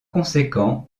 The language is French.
conséquent